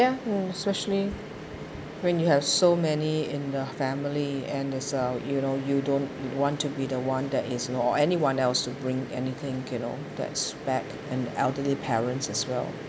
especially when you have so many in the family and it's uh you know you don't want to be the one that is or anyone else to bring anything you know that's back and elderly parents as well